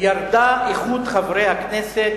ירדה איכות חברי הכנסת